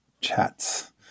chats